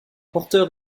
porteur